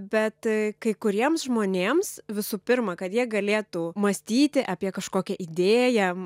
bet kai kuriems žmonėms visų pirma kad jie galėtų mąstyti apie kažkokią idėją